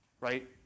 right